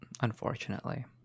Unfortunately